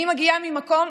אני מגיעה ממקום,